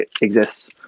exists